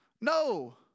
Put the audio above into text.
No